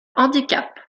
handicap